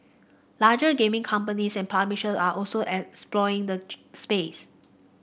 larger gaming companies and publishers are also as exploring the space